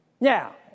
Now